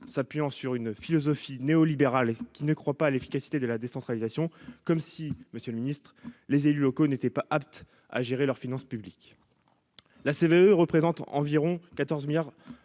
s'appuyant sur une philosophie néolibérale et qui ne croit pas à l'efficacité de la décentralisation comme si Monsieur le Ministre, les élus locaux n'étaient pas aptes à gérer leurs finances publiques la CVAE représentent environ 14 milliards,